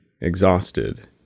exhausted